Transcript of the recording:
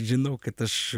žinau kad aš